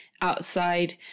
outside